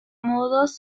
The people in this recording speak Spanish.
modos